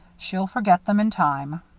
she'll forget them, in time.